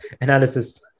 analysis